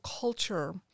culture